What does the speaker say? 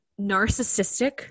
narcissistic